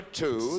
two